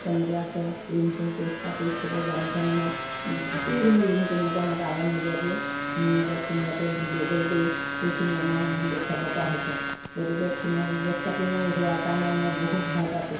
কেনেকৈ আছে ৰুম চুম পৰিষ্কাৰ কৰি থ'ব জানিছেনে নাই গোটেইখিনি ৰুম কেনেকুৱা মই তালৈ নোযোৱাকৈ ধুনীয়াকৈ ফোনতে ভিডিঅ' কল কৰি সেইখিনি আমাক মোক দেখুৱাব পৰা হৈছে গতিকে ফোনৰ ব্যৱস্থাটো হোৱা কাৰণে মই বহুত ভাল পাইছোঁ